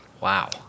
Wow